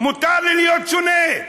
מותר לי להיות שונה.